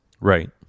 Right